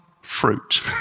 fruit